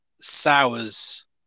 sours